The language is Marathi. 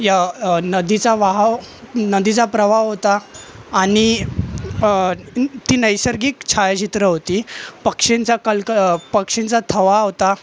या नदीचा वहाव नदीचा प्रवाह होता आणि ती नैसर्गिक छायाचित्रं होती पक्षींचा कलक पक्षींचा थवा होता